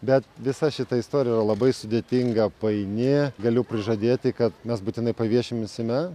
bet visa šita istorija yra labai sudėtinga paini galiu prižadėti kad mes būtinai paviešimsime